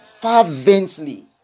fervently